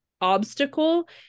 obstacle